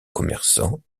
commerçants